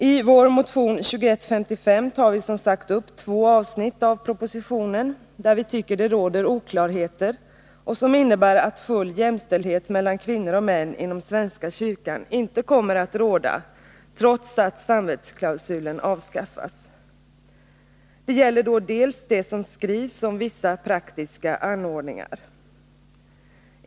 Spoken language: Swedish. I vår motion 2155 tar vi som sagt upp två avsnitt av propositionen, där vi tycker att det finns oklarheter och sådant som innebär att det inte kommer att råda full jämställdhet mellan kvinnor och män inom svenska kyrkan, trots att samvetsklausulen avskaffas. Det gäller bl.a. det som skrivs om vissa praktiska anordningar.